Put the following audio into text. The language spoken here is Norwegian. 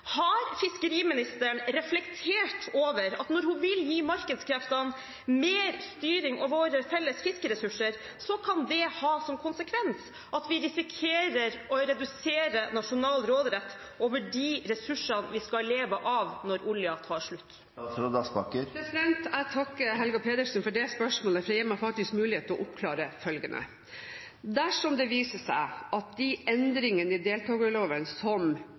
Har fiskeriministeren reflektert over at når hun vil gi markedskreftene mer styring over våre felles fiskeressurser, kan det ha som konsekvens at vi risikerer å redusere nasjonal råderett over de ressursene vi skal leve av når oljen tar slutt? Jeg takker Helga Pedersen for det spørsmålet, for det gir meg faktisk mulighet til å oppklare følgende: Dersom det viser seg at de endringene i deltakerloven som